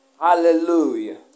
Hallelujah